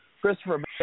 Christopher